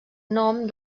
nom